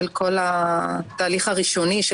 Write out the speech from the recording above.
של כל התהליך הראשוני,